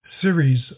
series